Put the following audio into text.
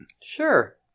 Sure